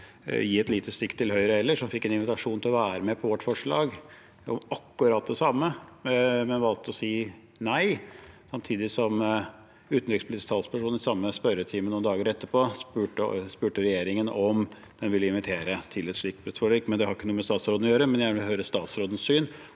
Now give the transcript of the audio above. som fikk en invitasjon til å være med på vårt forslag, om akkurat det samme, men som valgte å si nei, samtidig som utenrikspolitisk talsperson i samme spørretime noen dager etter spurte regjeringen om en ville invitere til et slikt bredt forlik. Det har ikke noe med statsråden å gjøre, men jeg vil gjerne høre statsrådens syn